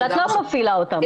אבל את לא מפעילה אותם.